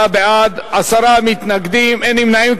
24 בעד, עשרה מתנגדים, אין נמנעים.